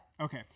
Okay